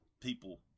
People